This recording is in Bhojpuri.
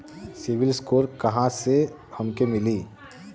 सिविल स्कोर कहाँसे हमके मिली?